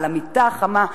למיטה החמה,